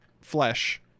Flesh